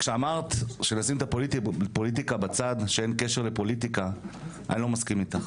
כשאמרת לשים את הפוליטיקה בצד שאין קשר לפוליטיקה אני לא מסכים איתך.